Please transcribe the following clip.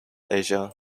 asia